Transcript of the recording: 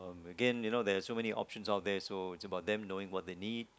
again you know there's so many option out there so is about them knowing what they need